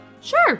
Sure